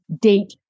date